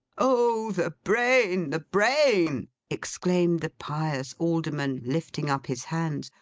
oh the brain, the brain exclaimed the pious alderman, lifting up his hands.